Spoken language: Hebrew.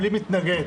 בלי מתנגד.